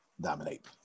dominate